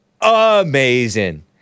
Amazing